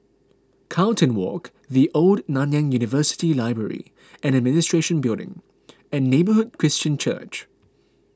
Carlton Walk the Old Nanyang University Library and Administration Building and Neighbourhood Christian Church